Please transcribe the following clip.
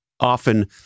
often